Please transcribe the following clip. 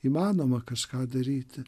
įmanoma kažką daryti